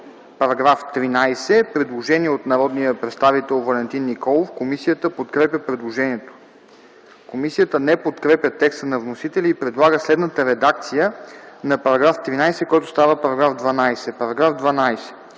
По § 13 има предложение от народния представител Валентин Николов. Комисията подкрепя предложението. Комисията не подкрепя текста на вносителя и предлага следната редакция на § 13, който става § 12: „§ 12.